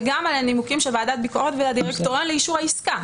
וגם על הנימוקים של ועדת ביקורת והדירקטוריון לאישור העסקה.